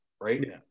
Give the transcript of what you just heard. right